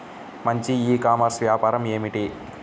మంచి e-commerce వ్యాపారం ఏమిటీ?